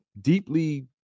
deeply